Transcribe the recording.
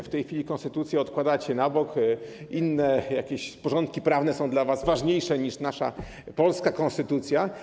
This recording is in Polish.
W tej chwili konstytucję odkładacie na bok, jakieś inne porządki prawne są dla was ważniejsze niż nasza polska konstytucja.